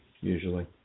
usually